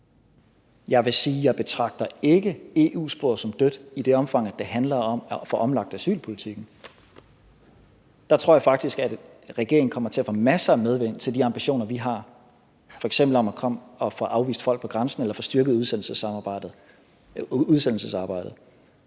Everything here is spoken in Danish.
Jeg vil sige, at jeg ikke betragter EU-sporet som dødt i det omfang, at det handler om at få omlagt asylpolitikken. Der tror jeg faktisk, at regeringen kommer til at få masser af medvind til de ambitioner, vi har om f.eks. at få afvist folk ved grænsen eller få styrket udsendelsesarbejdet.